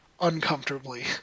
uncomfortably